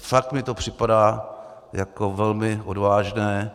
Fakt mi to připadá jako velmi odvážné.